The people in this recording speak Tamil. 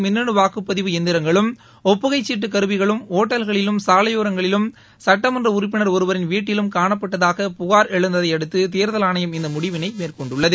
மின்னனு வாக்குப்பதிவு எந்திரங்களும் ஒப்புகைச்சீட்டு கருவிகளும் ஒட்டல்களிலும் சாலைபோரங்களிலும் சட்டமன்ற உறுப்பினா் ஒருவரின் வீட்டிலும் காணப்பட்டதாக புகார் எழுந்ததையடுத்து தேதல் ஆணையம் இந்த முடிவினை மேற்கொண்டுள்ளது